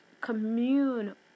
commune